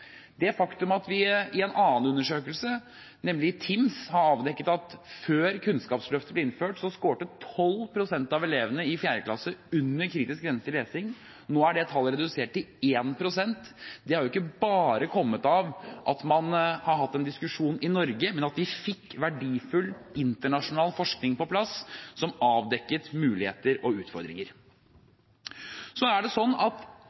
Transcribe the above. det faktum at vi i en annen undersøkelse, nemlig TIMSS, avdekket at før Kunnskapsløftet ble innført, skåret 12 pst. av elevene i 4. klasse under kritisk grense i lesing, er det tallet nå redusert til 1 pst. Det har ikke bare kommet av at man har hatt en diskusjon i Norge, men av at man fikk verdifull internasjonal forskning på plass, som avdekket muligheter og utfordringer. PISA-undersøkelsen er